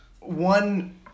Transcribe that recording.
one